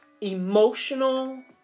emotional